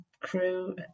crew